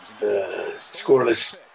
scoreless